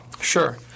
Sure